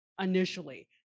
initially